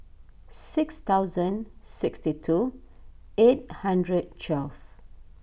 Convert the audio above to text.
six thousand sixty two eight hundred twelve